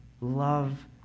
love